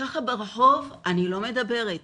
ככה ברחוב אני לא מדברת,